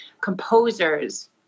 composers